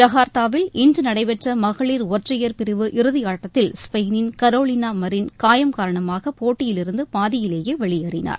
ஜகார்த்தாவில் இன்று நடைபெற்ற மகளிர் ஒற்றையர் பிரிவு இறுதியாட்டத்தில் ஸ்பெயினின் கரோலினா மரின் காயம் காரணமாக போட்டியிலிருந்து பாதியிலேயே வெளியேறினார்